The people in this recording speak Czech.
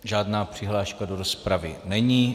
Žádná přihláška do rozpravy není.